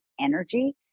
energy